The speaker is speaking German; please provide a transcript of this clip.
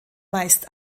meist